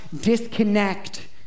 disconnect